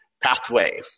pathway